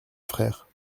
frère